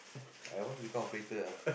I want to become operator ah